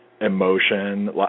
emotion